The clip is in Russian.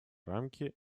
рамки